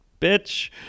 bitch